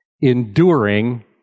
Enduring